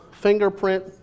fingerprint